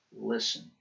Listen